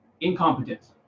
incompetence